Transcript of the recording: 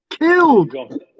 killed